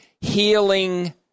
healing